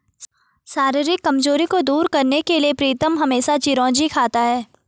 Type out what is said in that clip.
शारीरिक कमजोरी को दूर करने के लिए प्रीतम हमेशा चिरौंजी खाता है